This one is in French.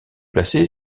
placé